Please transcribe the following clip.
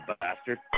bastard